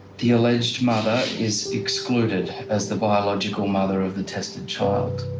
the alleged mother is excluded as the biological mother of the tested child.